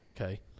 okay